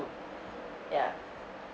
ya